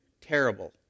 terrible